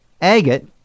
agate